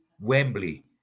Wembley